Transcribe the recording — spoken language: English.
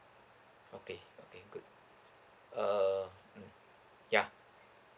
okay okay good uh ya